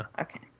Okay